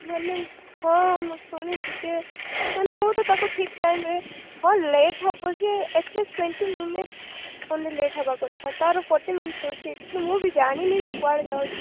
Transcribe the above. ମାନେ ହଁ ମୁଁ ଶୁଣିଲି ଯେ ମାନେ ମୁଁ ତ ତାକୁ ଠିକ୍ ଟାଇମ୍ ରେ ହଁ ଲେଟ୍ ହେବ ଯେ ଏଟଲିଷ୍ଟ ଟ୍ୱେନଟି ମିନିଟ୍ ମାନେ ଲେଟ୍ ହେବାକଥା ତା'ର ଫୋର୍ଟି ମିନିଟ୍ ହେଉଛି କିନ୍ତୁ ମୁଁ ବି ଜାଣିନି ସେ କୁଆଡ଼େ ଯାଉଛି